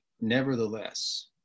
nevertheless